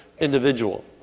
individual